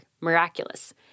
Miraculous